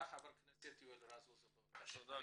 חבר הכנסת יואל רזבוזוב בבקשה.